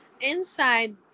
inside